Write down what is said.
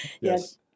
Yes